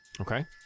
Okay